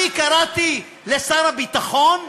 אני קראתי לשר הביטחון,